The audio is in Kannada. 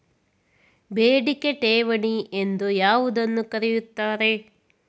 ಬೇಡಿಕೆ ಠೇವಣಿ ಎಂದು ಯಾವುದನ್ನು ಕರೆಯುತ್ತಾರೆ?